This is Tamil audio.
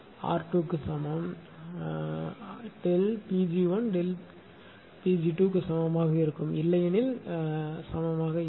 R 2 க்கு சமம் Pg1 Pg2 சமமாக இருக்கும் இல்லையெனில் சரியில்லை